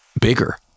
bigger